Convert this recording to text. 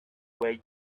way